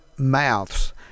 Mouths